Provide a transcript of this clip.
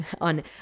on